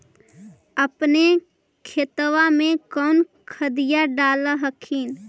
अपने खेतबा मे कौन खदिया डाल हखिन?